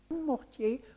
Mortier